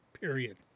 period